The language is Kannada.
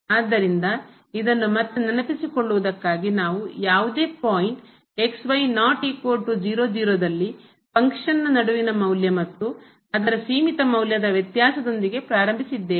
ಆದ್ದರಿಂದ ಇದನ್ನು ಮತ್ತೆ ನೆನಪಿಸಿಕೊಳ್ಳುವುದಕ್ಕಾಗಿ ನಾವು ಯಾವುದೇ ಪಾಯಿಂಟ್ ದಲ್ಲಿ ಫಂಕ್ಷನ್ ಕಾರ್ಯ ನ ನಡುವಿನ ಮೌಲ್ಯ ಮತ್ತು ಅದರ ಸೀಮಿತ ಮೌಲ್ಯದ ವ್ಯತ್ಯಾಸದೊಂದಿಗೆ ಪ್ರಾರಂಭಿಸಿದ್ದೇವೆ